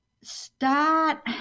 start